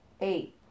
Eight